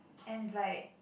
and it's like